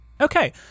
Okay